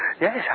Yes